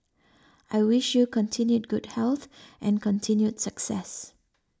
I wish you continued good health and continued success